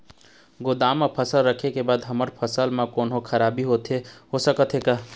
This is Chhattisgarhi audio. गोदाम मा फसल रखें के बाद हमर फसल मा कोन्हों खराबी होथे सकथे का?